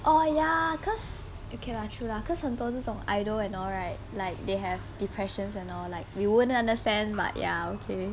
orh ya cause okay lah true lah cause 很多这种 idol and all right like they have depressions and all like we wouldn't understand but like ya okay